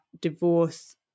divorce